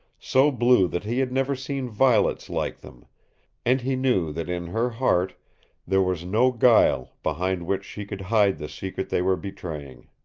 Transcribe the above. so blue that he had never seen violets like them and he knew that in her heart there was no guile behind which she could hide the secret they were betraying.